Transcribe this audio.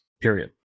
period